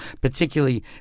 particularly